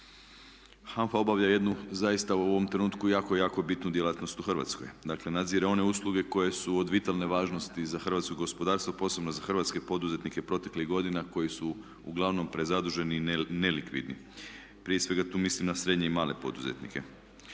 HANFA obavlja jednu zaista u ovom trenutku jako, jako bitnu djelatnost u Hrvatskoj. Dakle, nadzire one usluge koje su od vitalne važnosti za hrvatsko gospodarstvo, posebno za hrvatske poduzetnike proteklih godina koji su uglavnom prezaduženi i nelikvidni. Prije svega tu mislim na srednje i male poduzetnike.